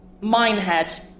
Minehead